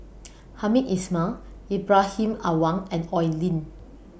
Hamed Ismail Ibrahim Awang and Oi Lin